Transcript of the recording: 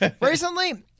Recently